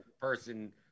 person